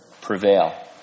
prevail